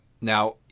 now